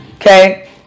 okay